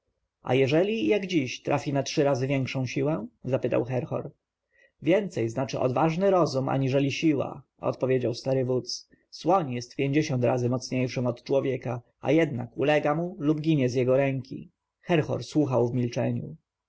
a jeżeli jak dziś trafi na trzy razy większą siłę zapytał herhor więcej znaczy odważny rozum aniżeli siła odpowiedział stary wódz słoń jest pięćdziesiąt razy mocniejszym od człowieka a jednak ulega mu lub ginie z jego ręki herhor słuchał w milczeniu